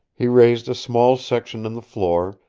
he raised a small section in the floor,